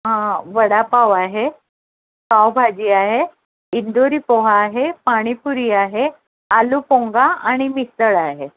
हां वडापाव आहे पावभाजी आहे इंदूरी पोहा आहे पाणीपुरी आहे आलूपोंगा आणि मिसळ आहे